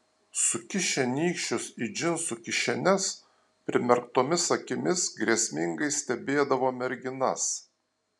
sukišę nykščius į džinsų kišenes primerktomis akimis grėsmingai stebėdavo merginas